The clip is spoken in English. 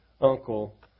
Uncle